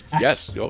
Yes